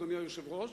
אדוני היושב-ראש,